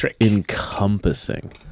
encompassing